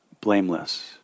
blameless